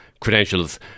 credentials